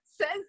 says